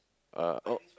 uh oh